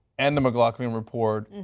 and the mcglaughlin report,